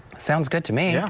sounds good to me. yeah